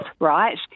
right